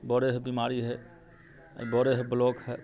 बड़े है बिमारी है बड़े है ब्लॉक हए